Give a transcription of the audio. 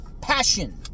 passion